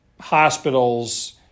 hospitals